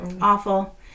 Awful